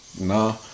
No